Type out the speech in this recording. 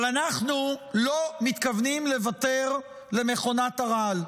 אבל אנחנו לא מתכוונים לוותר למכונת הרעל,